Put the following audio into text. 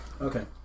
Okay